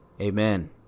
amen